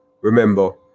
remember